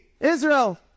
Israel